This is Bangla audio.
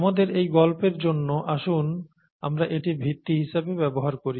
আমাদের এই গল্পের জন্য আসুন আমরা এটি ভিত্তি হিসেবে ব্যবহার করি